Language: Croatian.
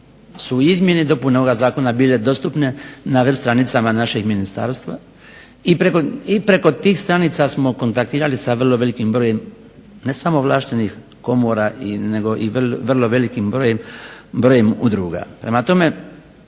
su izmjene i dopune ovoga Zakona bile dostupne na web-stranicama našeg ministarstva i preko tih stranica smo kontaktirali sa vrlo velikim brojem ne samo ovlaštenih komora nego i vrlo velikim brojem udruga. Prema tome,